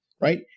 Right